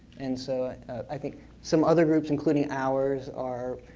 and so i think some other groups, including ours are,